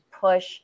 push